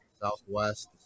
Southwest